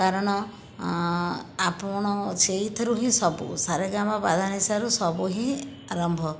କାରଣ ଆପଣ ସେଇଥିରୁ ହିଁ ସବୁ ସାରେଗାମାପାଧାନିସାରୁ ସବୁ ହିଁ ଆରମ୍ଭ